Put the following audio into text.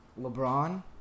LeBron